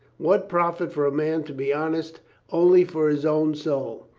what profit for a man to be honest only for his own soul?